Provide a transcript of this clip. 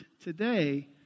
Today